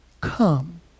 Come